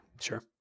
sure